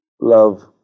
love